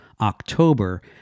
October